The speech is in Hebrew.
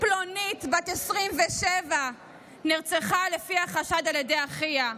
פלונית בת 27 נרצחה, לפי החשד בידי אחיה,